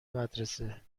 مدرسه